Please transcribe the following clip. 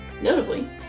notably